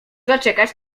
zaczekać